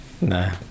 no